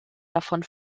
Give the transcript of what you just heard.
davon